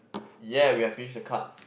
ya we have finish the cards